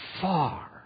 far